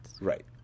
Right